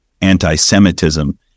anti-Semitism